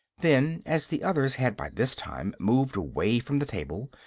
then, as the others had by this time moved away from the table,